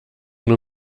nur